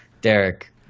Derek